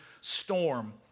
storm